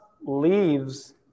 leaves